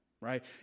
Right